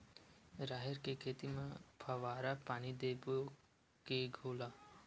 राहेर के खेती म फवारा पानी देबो के घोला?